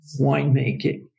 winemaking